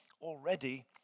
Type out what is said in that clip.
already